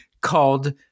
Called